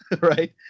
right